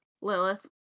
Lilith